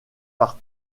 par